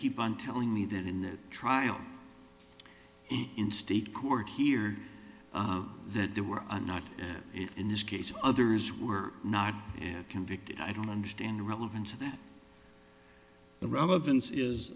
keep on telling me that in that trial in state court here that there were not in this case others were not convicted i don't understand the relevance of that the relevance is